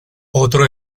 otro